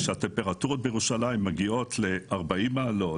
כשהטמפרטורות בירושלים מגיעות ל-40 מעלות,